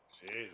Jesus